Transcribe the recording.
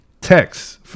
Text